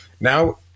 now